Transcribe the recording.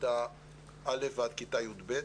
מכיתה א' עד כיתה י"ב.